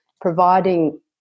providing